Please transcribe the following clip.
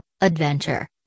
Adventure